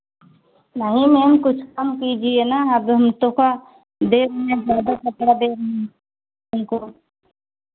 नहीं मैम कुछ कम कीजिए ना अब हम तोहका दे रहे हैं ज़्यादा कपड़ा दे रहे हैं तुमको